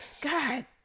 God